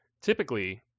typically